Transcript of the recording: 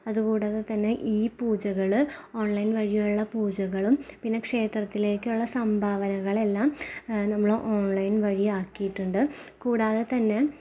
അതുകൂടാതെ തന്നെ ഈ പൂജകള് ഓണ്ലൈന് വഴിയുള്ള പൂജകളും പിന്നെ ക്ഷേത്രത്തിലേക്കുള്ള സംഭാവനകളെല്ലാം നമ്മള് ഓണ്ലൈന് വഴി ആക്കിയിട്ടുണ്ട് കൂടാതെ തന്നെ